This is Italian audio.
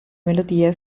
melodie